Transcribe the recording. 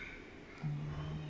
oh